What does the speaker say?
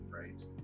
right